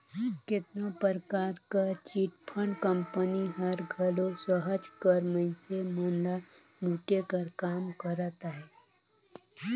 केतनो परकार कर चिटफंड कंपनी हर घलो सहज कर मइनसे मन ल लूटे कर काम करत अहे